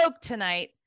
tonight